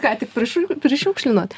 ką tik prišiu prišiukšlinot